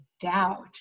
doubt